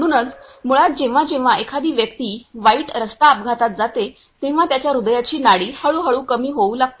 म्हणूनच मुळात जेव्हा जेव्हा एखादी व्यक्ती वाईट रस्ता अपघातात जाते तेव्हा त्याच्या हृदयाची नाडी हळू हळू कमी होऊ लागते